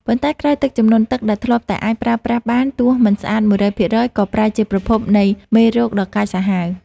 ប៉ុន្តែក្រោយទឹកជំនន់ ទឹកដែលធ្លាប់តែអាចប្រើប្រាស់បានទោះមិនស្អាត ១០០% ក៏ប្រែជាប្រភពនៃមេរោគដ៏កាចសាហាវ។